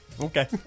okay